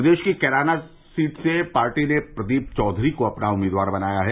प्रदेश की कैराना सीट से पार्टी ने प्रदीप चौधरी को अपना उम्मीदवार बनाया है